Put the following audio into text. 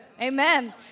amen